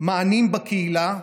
מענים בקהילה,